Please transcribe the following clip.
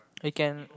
I can